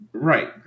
Right